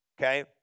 Okay